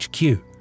HQ